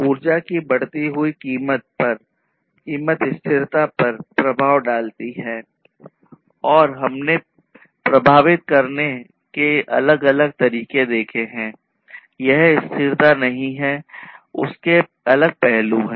ऊर्जा की बढ़ती हुई कीमत स्थिरता पर प्रभाव डालती है और हमने प्रभावित करने के अलग अलग तरीके देखें है यह स्थिरता नहीं है उसके अलग पहलू हैं